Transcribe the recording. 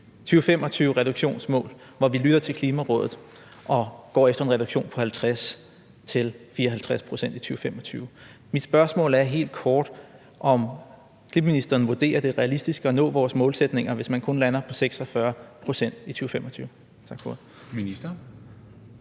2025-reduktionsmål, hvor vi lytter til Klimarådet og går efter en reduktion på 50-54 pct. i 2025. Mit spørgsmål er helt kort, om klima-, energi- og forsyningsministeren vurderer, at det er realistisk at nå vores målsætninger, hvis man kun lander på 46 pct. i 2025.